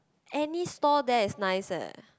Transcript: any stall there is nice eh